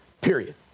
period